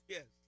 Yes